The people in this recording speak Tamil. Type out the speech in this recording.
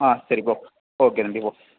ஆ சரி போ ஓகே தம்பி போ